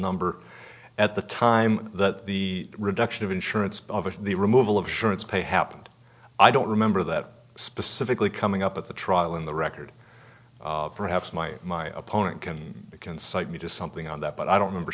number at the time that the reduction of insurance by the removal of surance pay happened i don't remember that specifically coming up at the trial in the record perhaps my my opponent can can cite me to something on that but i don't remember